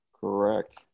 correct